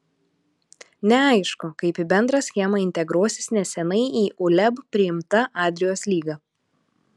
neaišku kaip į bendrą schemą integruosis neseniai į uleb priimta adrijos lyga